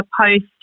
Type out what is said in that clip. post